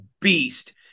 beast